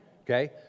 Okay